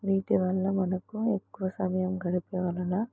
వీటివల్ల మనకు ఎక్కువ సమయం గడిపే వలన